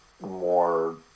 more